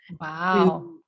Wow